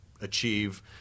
achieve